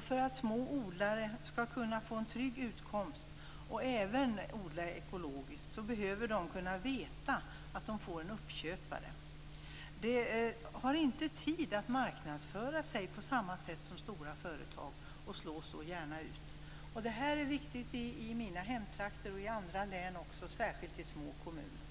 För att små odlare skall kunna få en trygg utkomst och även odla ekologisk behöver de kunna veta att de får en uppköpare. De har inte tid att marknadsföra sig på samma sätt som stora företag och slås då ofta ut. Detta är viktigt i mina hemtrakter och också i andra län, särskilt i små kommuner.